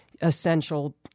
essential